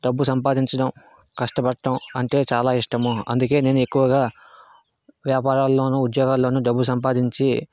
డబ్బు సంపాదించడం కష్టపడటం అంటే చాలా ఇష్టము అందుకే నేను ఎక్కువగా వ్యాపారాల్లోను ఉద్యోగాల్లోను డబ్బు సంపాదించి